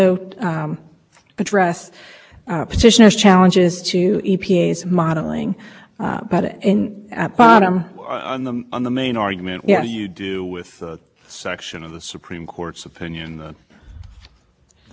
back and then that's in the opinion you can see a direct line i think if you look at this between that colloquy in the opinion and now you're coming back and you started by emphasizing the uniformity as well as applied challenges are inconsistent with